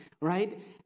right